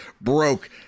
broke